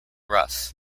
rough